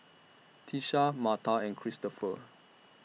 Tisha Marta and Christoper